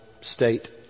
state